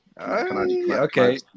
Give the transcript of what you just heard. Okay